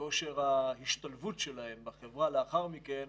וכושר ההשתלבות שלהם בחברה לאחר מכן,